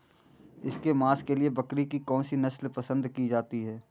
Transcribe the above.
इसके मांस के लिए बकरी की कौन सी नस्ल पसंद की जाती है?